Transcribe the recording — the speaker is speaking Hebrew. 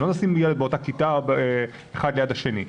לא נשים ילד באותה כיתה אחד ליד השני,